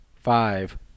Five